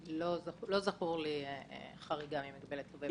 לא זכורה לי חריגה ממגבלת לווה בודד,